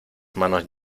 manos